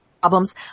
problems